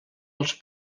els